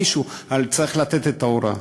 מישהו צריך לתת את ההוראה.